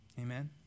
Amen